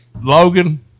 Logan